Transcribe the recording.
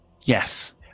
Yes